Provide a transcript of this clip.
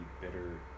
bitter